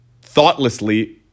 thoughtlessly